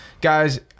guys